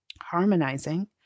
harmonizing